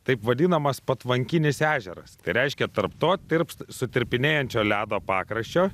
taip vadinamas patvankinis ežeras tai reiškia tarp to tirpsta sutirpinėjančio ledo pakraščio